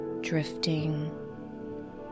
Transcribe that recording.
drifting